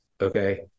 okay